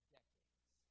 decades